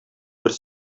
бер